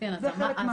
זה חלק המעסיק.